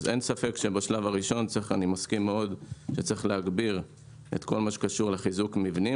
אין ספק שבשלב הראשון צריך להגביר את כל מה שקשור לחיזוק מבנים.